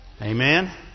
Amen